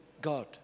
God